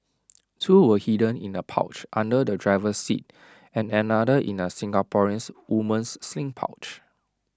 two were hidden in A pouch under the driver's seat and another in A Singaporean woman's sling pouch